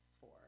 four